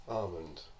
Almond